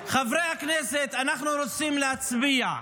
חברי הכנסת, אנחנו רוצים להצביע.